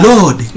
Lord